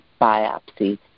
biopsy